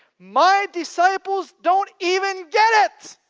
my disciples don't even get it.